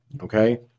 Okay